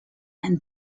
and